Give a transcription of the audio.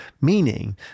meaning